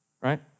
right